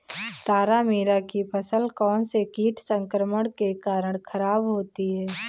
तारामीरा की फसल कौनसे कीट संक्रमण के कारण खराब होती है?